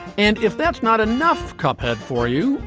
and if that's not enough cup ahead for you,